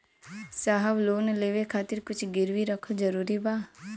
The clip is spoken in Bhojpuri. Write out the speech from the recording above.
साहब लोन लेवे खातिर कुछ गिरवी रखल जरूरी बा?